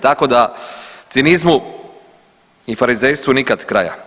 Tako da cinizmu i farizejstvu nikad kraja.